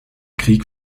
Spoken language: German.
krieg